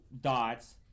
dots